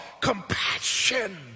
compassion